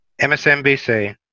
MSNBC